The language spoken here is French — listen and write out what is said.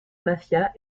mafia